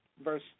verse